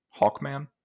Hawkman